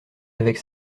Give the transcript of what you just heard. avec